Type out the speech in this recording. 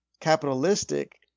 capitalistic